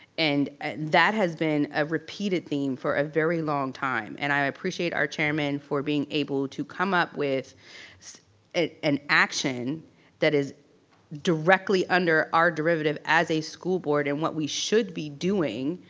and that has been a repeated theme for a very long time, and i appreciate our chairman for being able to come up with so an action that is directly under our derivative as a school board and what we should be doing